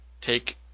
take